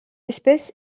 espèce